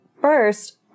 first